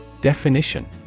Definition